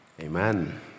Amen